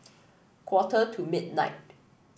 quarter to midnight